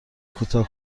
کوتاه